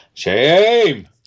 Shame